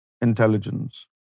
intelligence